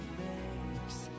makes